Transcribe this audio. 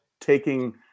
Taking